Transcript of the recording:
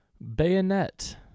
Bayonet